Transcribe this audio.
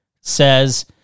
says